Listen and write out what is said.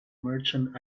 merchant